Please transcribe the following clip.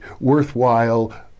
worthwhile